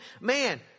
Man